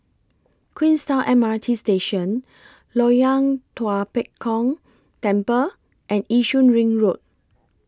Queenstown M R T Station Loyang Tua Pek Kong Temple and Yishun Ring Road